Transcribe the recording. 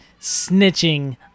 snitching